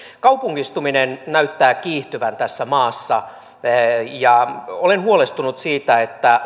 kaupungistuminen näyttää kiihtyvän tässä maassa olen huolestunut siitä että